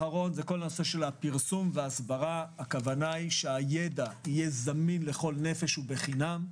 פרסום והסברה - הכוונה היא שהידע יהיה זמין לכל נפש ובחינם.